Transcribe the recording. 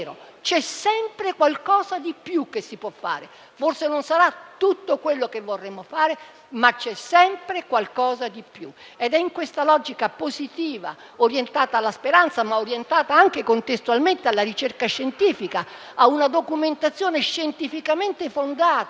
c'è sempre qualcosa di più che si può fare; forse non sarà tutto quello che vorremmo fare, ma c'è sempre qualcosa di più. È in questa logica positiva, orientata alla speranza, ma anche, contestualmente, alla ricerca scientifica e ad una documentazione scientificamente fondata,